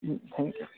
ji thank you